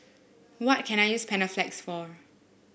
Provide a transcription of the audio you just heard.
what can I use Panaflex for